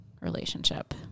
relationship